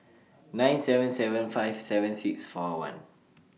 nine seven seven five seven six four one